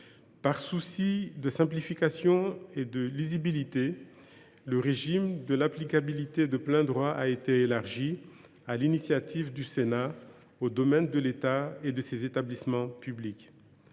Par souci de simplification et de lisibilité, le régime de l’applicabilité de plein droit a été élargi, sur l’initiative du Sénat, au domaine de l’État et de ses établissements publics.